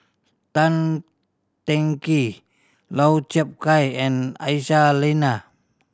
Tan Teng Kee Lau Chiap Khai and Aisyah Lyana